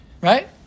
Right